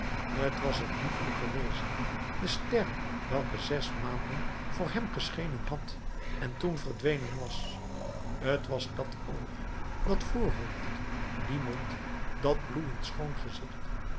t was het liefelijke wezen de ster welke zes maanden voor hem geschenen had en toen verdwenen was t was dat oog dat voorhoofd die mond dat bloeiend schoon gezicht